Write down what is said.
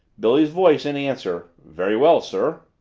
billy's voice in answer, very well, sir.